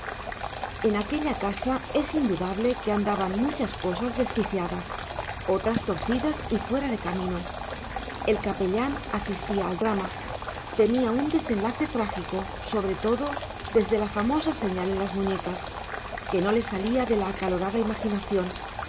en aquella casa es indudable que andaban muchas cosas desquiciadas otras torcidas y fuera de camino el capellán asistía al drama temía un desenlace trágico sobre todo desde la famosa señal en las muñecas que no le salía de la acalorada imaginación